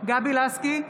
גבי לסקי,